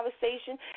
conversation